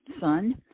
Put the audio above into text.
son